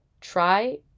try